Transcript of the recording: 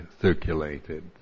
circulated